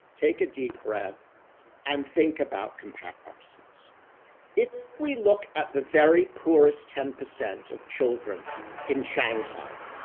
take a deep breath and think about comparisons. if we look at the very poorest ten percent of children in shanghai,